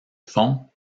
fond